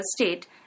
state